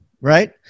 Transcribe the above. right